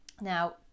Now